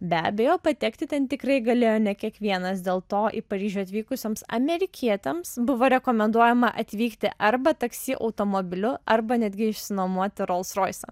be abejo patekti ten tikrai galėjo ne kiekvienas dėl to į paryžių atvykusioms amerikietėms buvo rekomenduojama atvykti arba taksi automobiliu arba netgi išsinuomoti rolsroisą